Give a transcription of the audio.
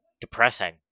depressing